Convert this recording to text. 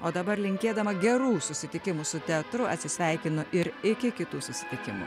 o dabar linkėdama gerų susitikimų su teatru atsisveikinu ir iki kitų susitikimų